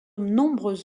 nombreux